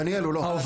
דניאל, הוא לא.